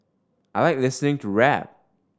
I like listening to rap